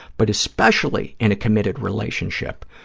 but especially in a committed relationship,